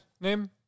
name